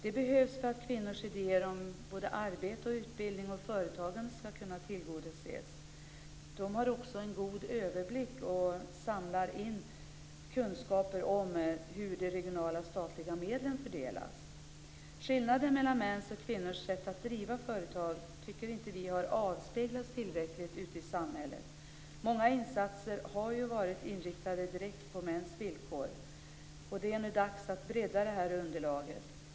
Det behövs för att kvinnors idéer om arbete, utbildning och företagande skall kunna tillgodoses. Centrumet har också en god överblick och samlar in kunskaper om hur de regionala och statliga medlen fördelas. Vi tycker inte att skillnaden mellan mäns och kvinnors sätt att driva företag har avspeglats tillräckligt ute i samhället. Många insatser har varit inriktade direkt på mäns villkor. Det är nu dags att bredda underlaget.